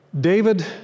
David